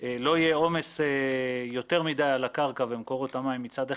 לא יהיה עומס יותר מדי על הקרקע ומקורות המים מצד אחד,